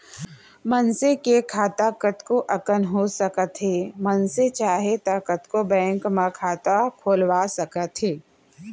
मनसे के खाता कतको अकन हो सकत हे मनसे चाहे तौ कतको बेंक म खाता खोलवा सकत हे